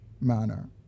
manner